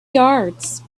yards